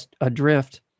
Adrift